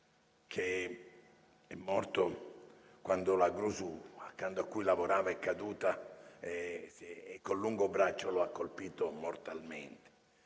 che è morto quando la gru accanto a cui lavorava è caduta e col suo lungo braccio lo ha colpito mortalmente.